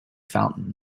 fountain